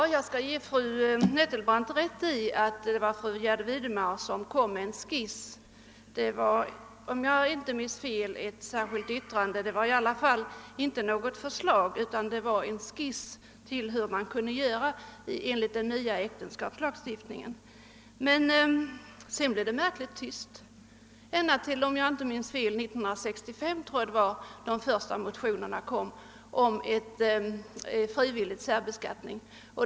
Herr talman! Fru Nettelbrandt har rätt i att det var fru Gärde Widemar som drog upp en skiss beträffande individuell beskattning — det var, om jag inte minns fel, ett särskilt yttrande hon avgav. I varje fall var det inte fråga om något förslag utan om en skiss till hur man kunde förfara enligt den nya äktenskapslagstiftningen. Men «sedan blev det märkligt tyst. Jag tror att det var 1965 som de första motionerna om frivillig särbeskattning väcktes.